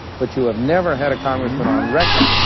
but you have never had a congressman on record